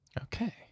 okay